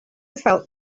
felt